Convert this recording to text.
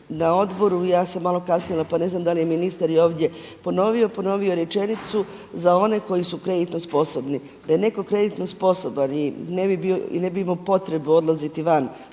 na odboru ja sam malo kasnila pa ne znam da li je ministar ovdje ponovio, ponovio rečenicu za one koji su kreditno sposobni. Da je netko kreditno sposoban i ne bi imao potrebe odlaziti van,